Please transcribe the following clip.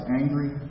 angry